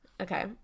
Okay